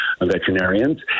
veterinarians